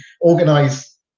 organise